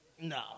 No